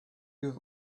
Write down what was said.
give